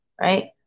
right